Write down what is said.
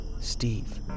Steve